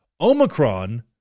Omicron